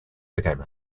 became